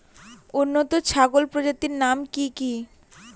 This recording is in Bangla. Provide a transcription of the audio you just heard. উন্নত ছাগল প্রজাতির নাম কি কি?